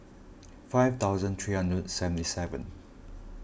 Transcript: five thousand three hundred and seventy seven